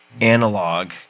analog